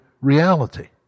reality